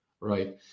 right